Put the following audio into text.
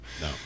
No